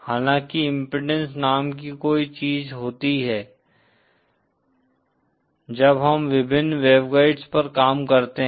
हालाँकि इम्पीडेन्स नाम की कोई चीज होती है जब हम विभिन्न वेवगाइड्स पर काम करते है